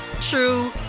true